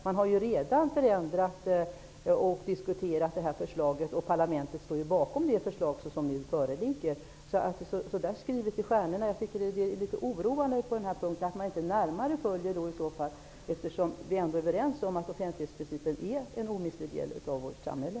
Förslaget har redan förändrats och diskuterats, och parlamentet står bakom det förslag som nu föreligger. Det är litet oroande att man inte närmare följer detta, eftersom vi är överens om att offentlighetsprincipen är en omistlig del av vårt samhälle.